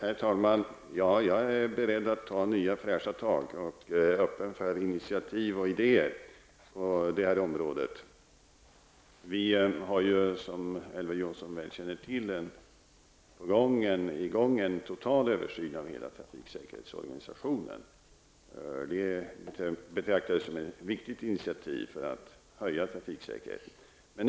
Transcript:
Herr talman! Jag är beredd att ta nya fräscha tag och är öppen för initiativ och idéer på detta område. Det pågår, som Elver Jonsson väl känner till, en total översyn av hela trafiksäkerhetsorganisationen. Detta betraktar regeringen som ett viktigt initiativ för att höja trafiksäkerheten.